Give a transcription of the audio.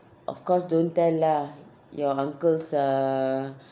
of course don't tell lah your uncles uh